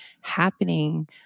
happening